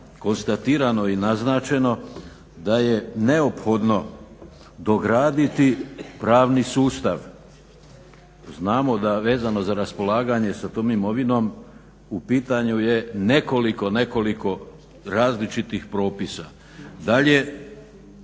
konstatirano i naznačeno da je neophodno dograditi pravni sustav. Znamo da vezano za raspolaganje sa tom imovinom u pitanju je nekoliko nekoliko različitih propisa. Dalje,